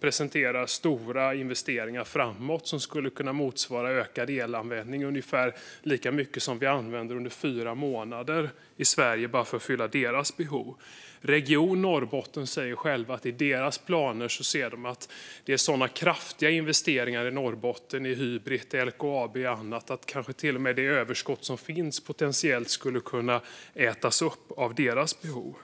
presenterar LKAB stora investeringar framåt som skulle kunna leda till en ökad elanvändning med ungefär lika mycket som vi använder under fyra månader i Sverige bara för att fylla deras behov. Region Norrbotten säger själv i enlighet med sina planer att de kraftiga investeringar som görs i Norrbotten i Hybrit, LKAB och annat gör att kanske till och med det överskott som finns potentiellt skulle kunna ätas upp av deras behov.